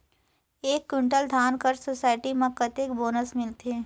एक कुंटल धान कर सोसायटी मे कतेक बोनस मिलथे?